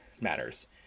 matters